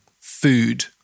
food